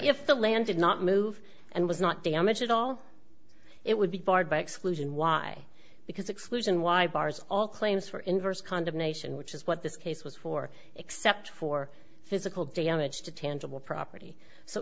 if the land did not move and was not damaged at all it would be barred by exclusion why because exclusion y bars all claims for inverse condemnation which is what this case was for except for physical damage to tangible property so